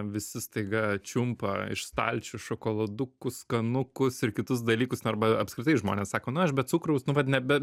visi staiga čiumpa iš stalčių šokoladukus skanukus ir kitus dalykus arba apskritai žmonės sako nu aš be cukraus nu vat nebe